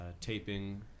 Taping